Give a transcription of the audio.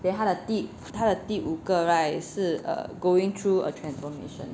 then 他的第他的第五个 right 是 err going through a transformation